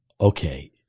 Okay